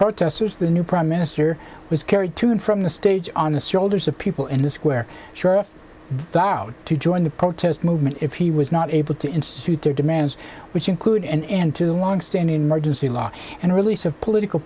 protesters the new prime minister was carried to and from the stage on the shoulders of people in the square sure to join the protest movement if he was not able to institute their demands which include an end to the longstanding margins the law and release of political